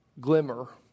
glimmer